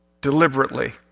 Deliberately